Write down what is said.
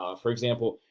ah for example,